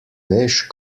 veš